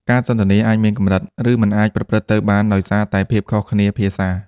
ការសន្ទនាអាចមានកម្រិត ឬមិនអាចប្រព្រឹត្តទៅបានដោយសារតែភាពខុសគ្នាភាសា។